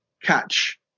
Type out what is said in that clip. catch